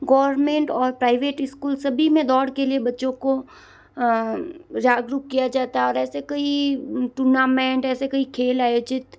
government और private school सभी में दौड़ के लिए बच्चों को जागरूक किया जाता है और ऐसे कई टूर्नामेंट ऐसे कई खेल आयोजित